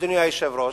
אדוני היושב-ראש?